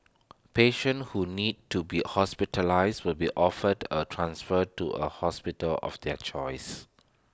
patients who need to be hospitalised will be offered A transfer to A hospital of their choice